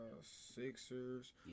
Sixers